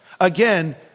Again